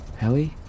Ellie